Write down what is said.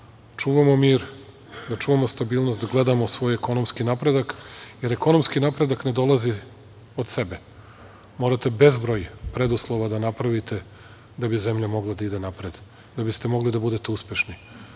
čuvamo mir, da čuvamo stabilnost, da gledamo svoj ekonomski napredak, jer ekonomski napredak ne dolazi od sebe. Morate bezbroj preduslova da napravite da bi zemlja mogla da ide napred, da biste mogli da budete uspešni. Da